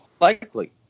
likely